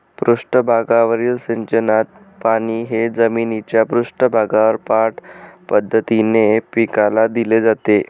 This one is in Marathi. पृष्ठभागावरील सिंचनात पाणी हे जमिनीच्या पृष्ठभागावर पाठ पद्धतीने पिकाला दिले जाते